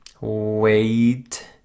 Wait